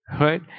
Right